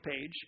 page